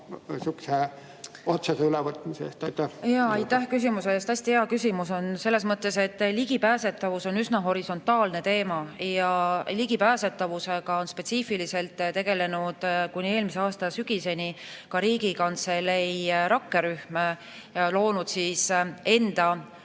otsese ülevõtmise juurde? Aitäh küsimuse eest! Hästi hea küsimus selles mõttes, et ligipääsetavus on üsna horisontaalne teema. Ligipääsetavusega on spetsiifiliselt tegelenud kuni eelmise aasta sügiseni ka Riigikantselei rakkerühm, kes on [andnud]